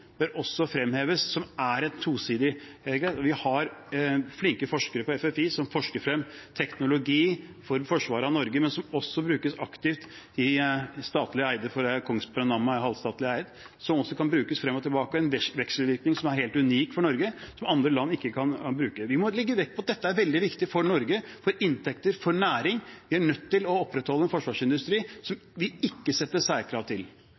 bør også fremheves. Vi har flinke forskere på FFI som forsker frem teknologi for forsvaret av Norge, men som også brukes aktivt i statlig eide selskap – for Kongsberg og Nammo er halvstatlig eide selskap – som også kan brukes frem og tilbake og gi en vekselvirkning som er helt unik for Norge, og som andre land ikke kan bruke. Vi må legge vekt på at dette er veldig viktig for Norge, for inntekter, for næring. Vi er nødt til å opprettholde en forsvarsindustri som vi ikke setter særkrav til.